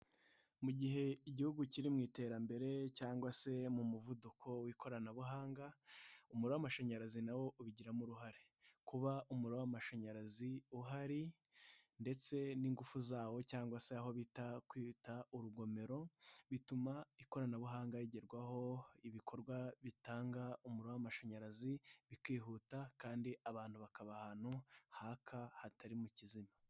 Mu gihe Igihugu kiri mu iterambere cyangwa se mu muvuduko w'ikoranabuhanga, umuriro w'amashanyarazi na wo ubigiramo uruhare. Kuba umuriro w'amashanyarazi uhari ndetse n'ingufu zawo cyangwa se aho bita kwita urugomero, bituma ikoranabuhanga rigerwaho, ibikorwa bitanga umuriro w'amashanyarazi bikihuta kandi abantu bakaba ahantu haka hatari mu kizima.